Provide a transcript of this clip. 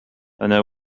أنا